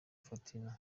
fitina